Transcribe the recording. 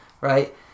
right